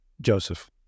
Joseph